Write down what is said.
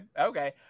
Okay